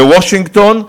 בוושינגטון,